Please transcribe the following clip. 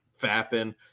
fapping